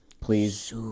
please